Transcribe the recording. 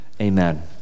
Amen